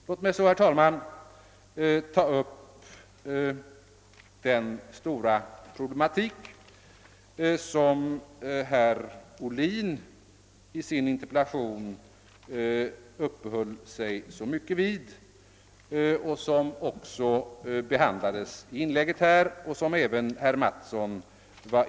Låt mig härefter ta upp den stora problematik, som herr Ohlin i sin interpellation i så stor utsträckning uppehöll sig vid. Den behandlades också i hans inlägg liksom även av herr Mattsson.